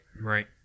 right